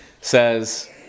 says